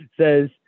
says